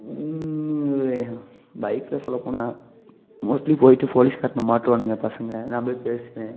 அது பைக்கில் சொல்ல போனால் மோஸ்ட்லி போயிவிட்டு போலீஸ்காரன்கிட்ட மாட்டுவாங்க பசங்க நான் போய் பேசுவேன்